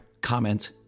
comment